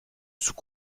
sous